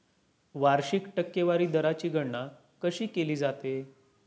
वार्षिक टक्केवारी दराची गणना कशी केली जाते?